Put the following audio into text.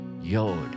Yod